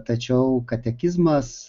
tačiau katekizmas